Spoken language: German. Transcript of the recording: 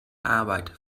arbeit